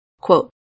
Quote